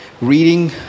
reading